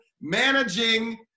managing